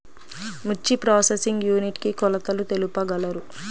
మిర్చి processing unit కి కొలతలు తెలుపగలరు?